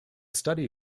study